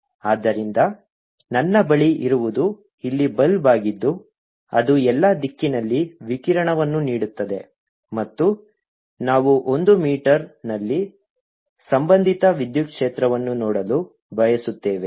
ಆದ್ದರಿಂದ ನನ್ನ ಬಳಿ ಇರುವುದು ಇಲ್ಲಿ ಬಲ್ಬ್ ಆಗಿದ್ದು ಅದು ಎಲ್ಲಾ ದಿಕ್ಕಿನಲ್ಲಿ ವಿಕಿರಣವನ್ನು ನೀಡುತ್ತದೆ ಮತ್ತು ನಾವು ಒಂದು ಮೀಟರ್ನಲ್ಲಿ ಸಂಬಂಧಿತ ವಿದ್ಯುತ್ ಕ್ಷೇತ್ರವನ್ನು ನೋಡಲು ಬಯಸುತ್ತೇವೆ